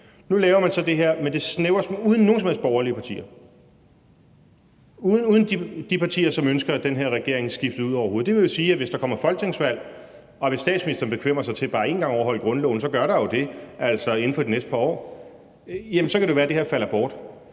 Nu laver man så det her uden nogen som helst borgerlige partier, uden nogen af de partier, som ønsker den her regering skiftet ud. Det vil sige, at hvis der kommer folketingsvalg – og hvis statsministeren bekvemmer sig til bare én gang at overholde grundloven, så gør der jo det inden for de næste par år – så kan det være, at det her falder bort.